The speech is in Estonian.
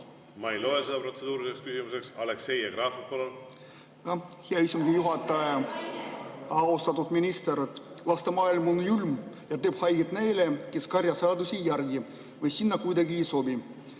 Ma ei loe seda protseduuriliseks küsimuseks. Aleksei Jevgrafov, palun! Hea istungi juhataja! Austatud minister! Laste maailm on julm ja teeb haiget neile, kes karja seadusi ei järgi või sinna kuidagi ei sobi.